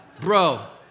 Bro